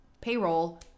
payroll